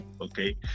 Okay